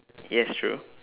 yes true